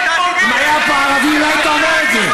אם היה פה ערבי לא היית אומר את זה.